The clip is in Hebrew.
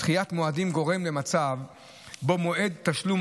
דחיית מועדים גורם למצב שבו מועד תשלום